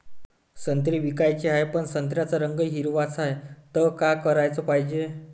संत्रे विकाचे हाये, पन संत्र्याचा रंग हिरवाच हाये, त का कराच पायजे?